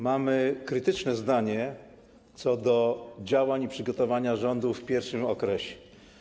Mamy krytyczne zdanie co do działań i przygotowania rządu w pierwszym okresie.